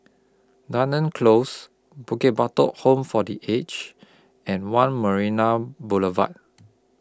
Dunearn Close Bukit Batok Home For The Aged and one Marina Boulevard